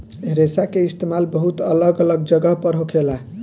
रेशा के इस्तेमाल बहुत अलग अलग जगह पर होखेला